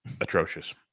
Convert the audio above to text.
atrocious